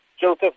Joseph